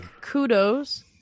kudos